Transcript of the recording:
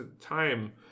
time